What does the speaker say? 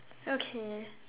okay